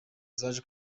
zaje